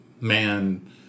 man